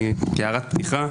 כהערת פתיחה,